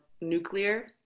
nuclear